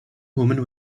woman